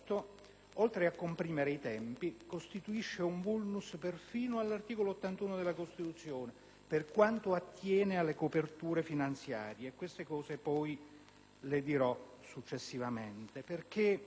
oltre a comprimere i tempi, costituisce un *vulnus* perfino all'articolo 81 della Costituzione, per quanto attiene alle coperture finanziarie. Ma sul punto mi soffermerò